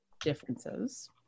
differences